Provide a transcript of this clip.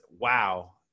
wow